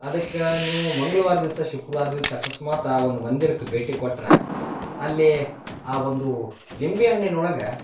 ಅದಕ್ಕ ನೀವು ಮಂಗ್ಳವಾರ ದಿವಸ ಶುಕ್ರವಾರ ದಿವಸ ಅಕಸ್ಮಾತ್ ಆ ಒಂದು ಮಂದಿರಕ್ಕೆ ಭೇಟಿ ಕೊಟ್ಟರೆ ಅಲ್ಲಿ ಆ ಒಂದು ಲಿಂಬೆಹಣ್ಣಿನ ಒಳಗೆ